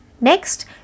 Next